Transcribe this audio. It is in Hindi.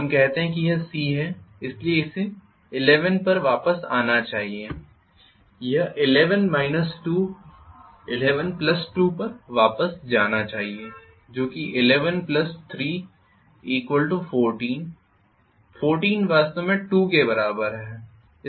हम कहते हैं कि यह c है इसलिए इसे 11 पर वापस आना चाहिए यह 11 2 11 2 पर वापस जाना चाहिए जो कि 11314 14 वास्तव में 2 के बराबर है